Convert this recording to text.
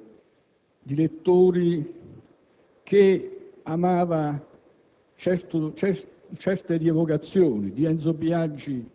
diffusi, soprattutto in quella parte di lettori che amava certe rievocazioni di Enzo Biagi,